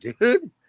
dude